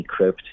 decrypt